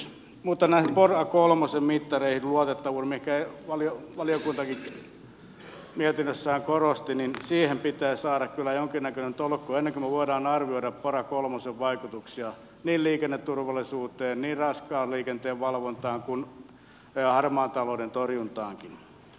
mutta näihin pora kolmosen luotettavuuden mittareihin mitä valiokuntakin mietinnössään korosti pitää saada kyllä jonkinnäköinen tolkku ennen kuin me voimme arvioida pora kolmosen vaikutuksia niin liikenneturvallisuuteen raskaan liikenteen valvontaan kuin harmaan talouden torjuntaankin